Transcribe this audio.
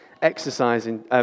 exercising